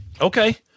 Okay